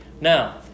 now